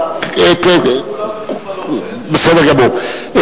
לקבוע, כולן, בסדר גמור.